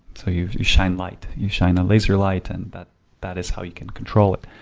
so you you shine light, you shine a laser light and that that is how you can control it.